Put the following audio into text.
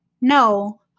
no